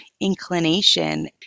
inclination